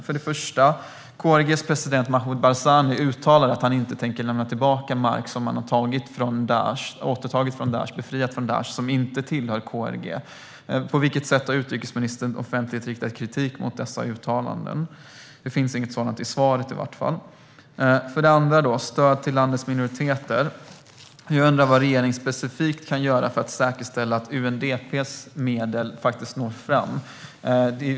Det första förtydligandet gäller att KRG:s president Massoud Barzani uttalar att han inte tänker lämna tillbaka mark som han har återtagit från Daish som inte tillhör KRG. På vilket sätt har utrikesministern offentligt riktat kritik mot dessa uttalanden? Det framgick ingen sådan kritik i svaret. Det andra förtydligandet gäller stöd till landets minoriteter. Jag undrar vad regeringen specifikt kan göra för att säkerställa att UNDP:s medel faktiskt når fram.